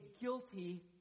guilty